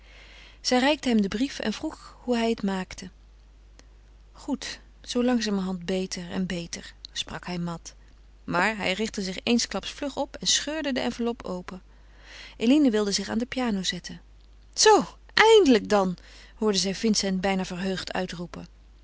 zij reikte hem den brief en vroeg hoe hij het maakte goed zoo langzamerhand beter en beter sprak hij mat maar hij richtte zich eensklaps vlug op en scheurde de enveloppe open eline wilde zich aan de piano zetten zoo eindelijk dan hoorde zij vincent bijna verheugd uitroepen